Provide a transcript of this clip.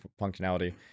functionality